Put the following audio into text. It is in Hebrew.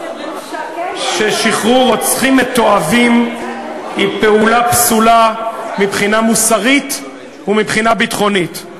ששחרור רוצחים מתועבים הוא פעולה פסולה מבחינה מוסרית ומבחינה ביטחונית.